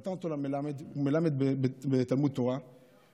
הוא נתן אותו למלמד בתלמוד תורה ואמר: